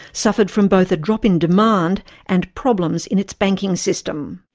suffered from both a drop in demand and problems in its banking system.